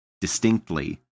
distinctly